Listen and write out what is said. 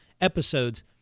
episodes